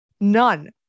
none